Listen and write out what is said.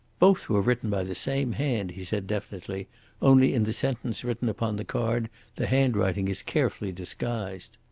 both were written by the same hand, he said definitely only in the sentence written upon the card the handwriting is carefully disguised.